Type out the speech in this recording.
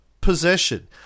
possession